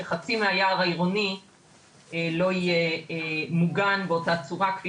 שחצי מהיער העירוני לא יהיה מוגן באותה צורה כפי